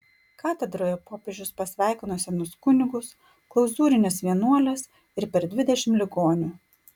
katedroje popiežius pasveikino senus kunigus klauzūrines vienuoles ir per dvidešimt ligonių